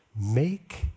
Make